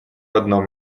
одном